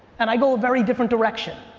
and i go a very different direction.